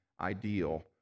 ideal